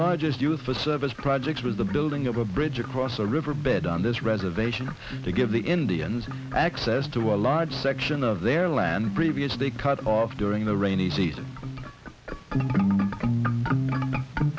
largest used to service projects with the building of a bridge across the river bid on this reservation to give the indians access to a large section of their land previous they cut off during the rainy season